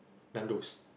Nandos